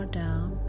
down